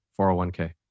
401k